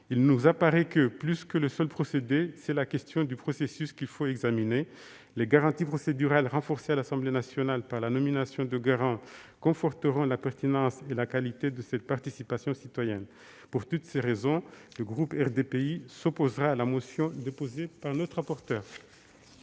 Il nous apparaît que, plus que le seul procédé, c'est la question du processus qu'il faut examiner. Les garanties procédurales, renforcées à l'Assemblée nationale par la nomination de garants, conforteront la pertinence et la qualité de cette participation citoyenne. Pour toutes ces raisons, le groupe RDPI s'opposera à la motion déposée par la rapporteure.